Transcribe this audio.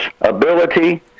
ability